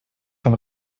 vom